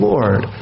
Lord